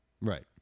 Right